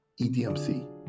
EDMC